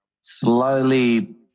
slowly